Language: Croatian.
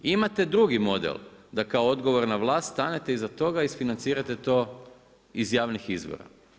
Imate drugi model, da kao odgovorna vlast stanete iza toga i isfinancirate to iz javnih izvora.